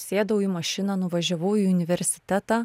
sėdau į mašiną nuvažiavau į universitetą